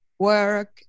work